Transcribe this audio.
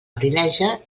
abrileja